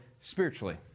spiritually